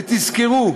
ותזכרו,